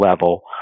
level